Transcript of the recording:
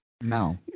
No